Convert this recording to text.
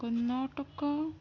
Karnataka